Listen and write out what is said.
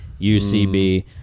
UCB